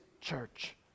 church